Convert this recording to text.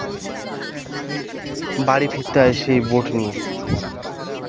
বাড়ি ফিরতে হয় সেই বোট নিয়ে